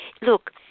look